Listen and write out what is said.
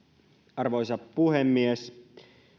arvoisa puhemies